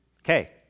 Okay